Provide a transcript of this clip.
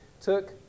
took